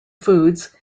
foods